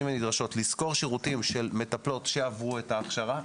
לשכור שירותים של מטפלות שעברו את ההכשרה,